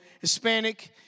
Hispanic